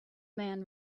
man